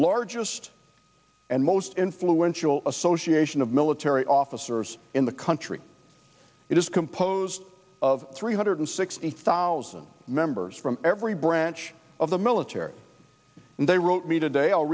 largest and most influential association of military officers in the country it is composed of three hundred sixty thousand members every branch of the military and they wrote me today i'll